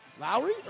Lowry